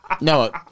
No